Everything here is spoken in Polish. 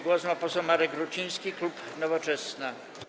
Głos ma poseł Marek Ruciński, klub Nowoczesna.